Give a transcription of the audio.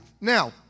Now